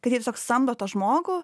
kad jie tiesiog samdo tą žmogų